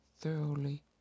thoroughly